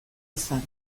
izan